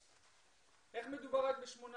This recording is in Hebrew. איך מדובר רק בשמונה